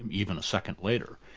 and even a second later,